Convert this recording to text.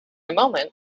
moment